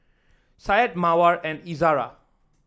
Said Mawar and Izzara